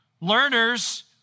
Learners